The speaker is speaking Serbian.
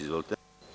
Izvolite.